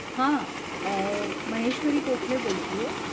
हां महेश्वरी कोखले बोलते आहे